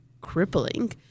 crippling